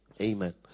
Amen